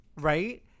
right